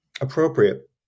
appropriate